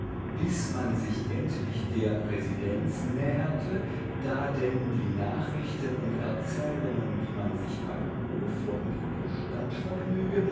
bis man sich endlich der residenz näherte da denn die nachrichten und erzählungen wie man sich bei hofe und in der stadt vergnüge